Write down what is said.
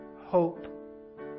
hope